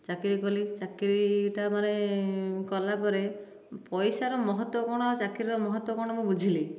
ଚାକିରି କଲି ଚାକିରିଟା ମାନେ କଲା ପରେ ପଇସାର ମହତ୍ତ୍ଵ କ'ଣ ଆଉ ଚାକିରିର ମହତ୍ତ୍ଵ କ'ଣ ମୁଁ ବୁଝିଲି